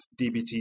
DBT